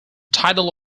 title